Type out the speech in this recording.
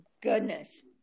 goodness